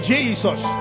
Jesus